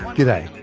g'day,